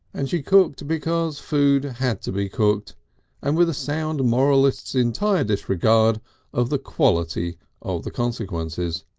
and she cooked because food had to be cooked and with a sound moralist's entire disregard of the quality of the consequences.